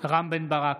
רם בן ברק,